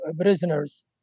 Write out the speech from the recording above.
prisoners